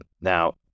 Now